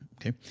okay